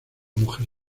mujer